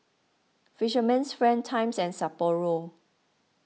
Fisherman's Friend Times and Sapporo